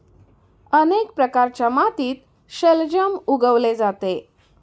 अनेक प्रकारच्या मातीत शलजम उगवले जाते